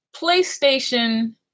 PlayStation